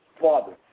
father